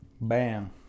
Bam